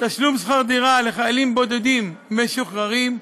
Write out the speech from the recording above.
תשלום שכר דירה לחיילים בודדים משוחררים,